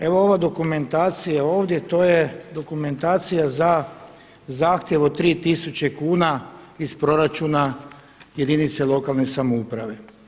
Evo ova dokumentacija ovdje to je dokumentacija za zahtjev od tri tisuće kuna iz proračuna jedinica lokalne samouprave.